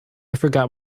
forgot